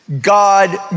God